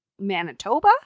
Manitoba